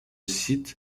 site